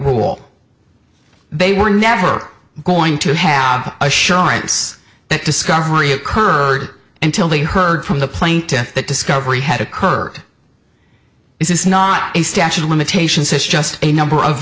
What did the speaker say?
rule they were never going to have assurance that discovery occurred until they heard from the plaintiffs that discovery had occurred is not a statute of limitations has just a number of